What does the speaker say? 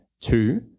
two